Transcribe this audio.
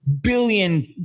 billion